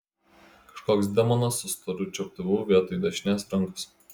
kažkoks demonas su storu čiuptuvu vietoj dešinės rankos